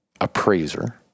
appraiser